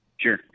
Sure